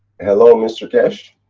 hello, mr keshe?